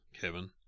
Kevin